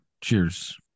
Cheers